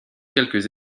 quelques